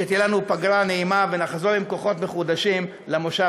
שתהיה לנו פגרה נעימה ונחזור עם כוחות מחודשים למושב הבא.